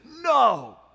no